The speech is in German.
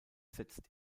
setzt